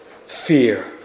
fear